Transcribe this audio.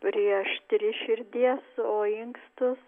prieš tris širdies o inksto